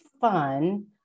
fun